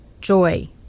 joy